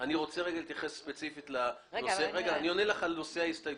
אני עונה לך בעניין ההסתייגויות.